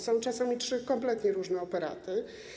Są czasem trzy kompletnie różne operaty.